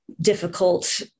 difficult